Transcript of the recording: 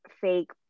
fake